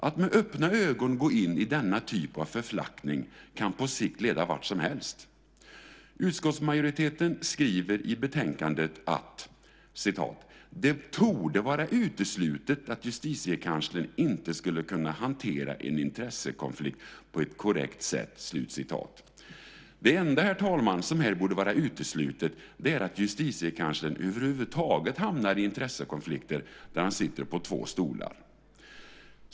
Att med öppna ögon gå in i denna typ av förflackning kan på sikt leda vart som helst. Utskottsmajoriteten skriver i betänkandet: "Det torde vara uteslutet att Justitiekanslern inte skulle kunna hantera en intressekonflikt på ett korrekt sätt." Det enda som här borde vara uteslutet är att Justitiekanslern över huvud taget hamnar i intressekonflikter där han sitter på två stolar.